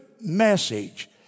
message